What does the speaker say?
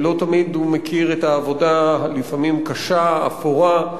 לא תמיד הוא מכיר את העבודה, לפעמים הקשה, האפורה,